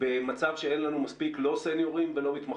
במצב שאין לנו מספיק סניורים ולא מספיק מתמחים.